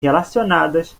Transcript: relacionadas